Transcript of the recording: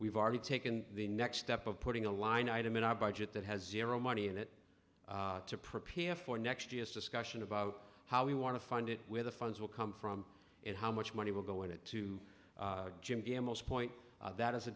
we've already taken the next step of putting a line item in our budget that has zero money in it to prepare for next year's discussion about how we want to fund it where the funds will come from and how much money will go in it to jim dmoz point that is a